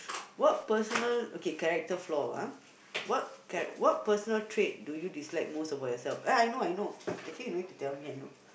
what personal okay character flaw ah what char~ what personal trait do you dislike most about yourself ah I know I know actually you no need to tell me I know